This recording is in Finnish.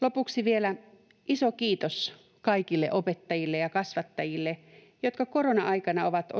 Lopuksi vielä iso kiitos kaikille opettajille ja kasvattajille, jotka korona-aikana ovat